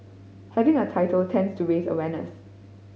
having a title tends to raise awareness